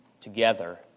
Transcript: together